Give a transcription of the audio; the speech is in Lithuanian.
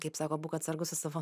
kaip sako būk atsargus su savo